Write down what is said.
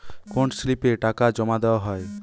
কোন স্লিপে টাকা জমাদেওয়া হয়?